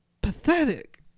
pathetic